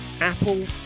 Apple